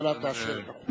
שהממשלה תאשר.